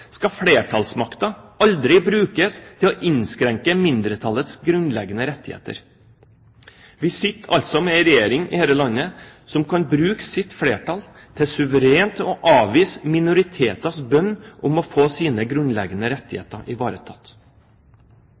skal flertallsmakten aldri brukes til å innskrenke mindretallets grunnleggende rettigheter. Vi sitter altså med en regjering i dette landet som kan bruke sitt flertall til suverent å avvise minoriteters bønn om å få sine grunnleggende rettigheter ivaretatt.